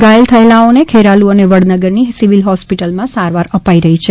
ઘાયલ થયેલાઓને ખેરાલુ અને વડનગરની સિવિલ હોસ્પીટલમાં સારવાર અપાઇ રહી છે